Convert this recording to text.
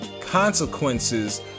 Consequence's